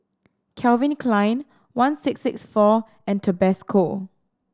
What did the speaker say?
Calvin Klein one six six four and Tabasco